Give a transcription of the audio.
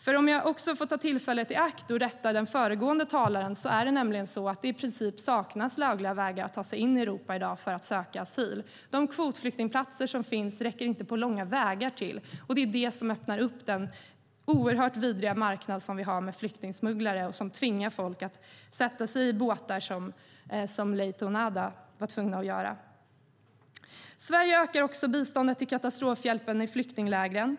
För att ta tillfället i akt att rätta föregående talare kan jag nämligen säga att det i dag i princip saknas lagliga vägar för att ta sig in i Europa och söka asyl. De kvotflyktingplatser som finns räcker inte på långa vägar till. Det är det som öppnar den oerhört vidriga marknad som vi har med flyktingsmugglare. Det är det som tvingar folk att sätta sig i båtar, som Laith och Nada var tvungna att göra. Sverige ökar också biståndet till katastrofhjälpen i flyktinglägren.